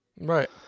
right